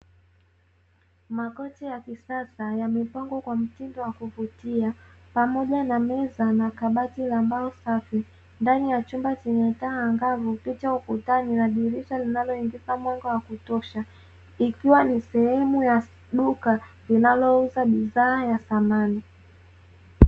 Makochi ya kisasa yamepangwa kwa mtindo wa kuvutia pamoja na meza na kabati ambao safi ndani ya chumba chenye taangavu, kisha ukutani na dirisha linaloingiza mwanga wa kutosha ikiwa ni sehemu ya duka linalouza bidhaa ya thamani.